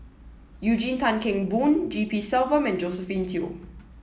Eugene Tan Kheng Boon G P Selvam and Josephine Teo